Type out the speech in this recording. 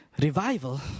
Revival